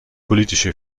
politische